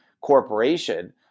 corporation